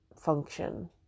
function